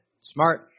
smart